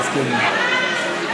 היו הרבה יותר אזרחים ותיקים בכנסת,